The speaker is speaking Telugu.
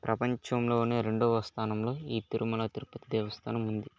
ప్రపంచంలోనే రెండవ స్థానంలో ఈ తిరుమల తిరుపతి దేవస్థానం ఉంది